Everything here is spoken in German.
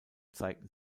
zeigten